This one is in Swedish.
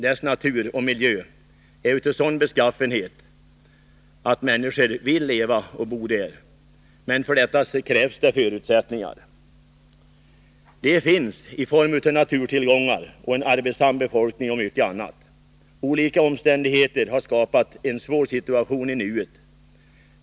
Dess natur och miljö är av sådan beskaffenhet att människor vill leva och bo där, men för detta krävs förutsättningar. De finns i form av naturtillgångar, en arbetsam befolkning och mycket annat. Olika omständigheter har skapat en svår situation i nuet.